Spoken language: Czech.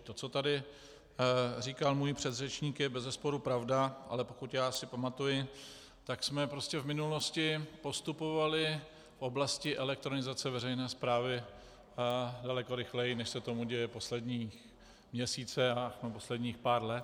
To, co tady říkal můj předřečník, je bezesporu pravda, ale pokud já si pamatuji, tak jsme prostě v minulosti postupovali v oblasti elektronizace veřejné správy daleko rychleji, než se tak děje poslední měsíce a posledních pár let.